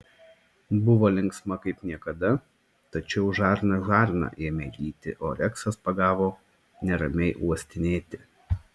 buvo linksma kaip niekada tačiau žarna žarną ėmė ryti o reksas pagavo neramiai uostinėti